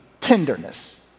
tenderness